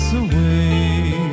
away